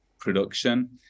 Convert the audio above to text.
production